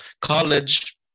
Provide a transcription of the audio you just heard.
college